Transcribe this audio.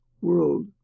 world